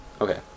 Okay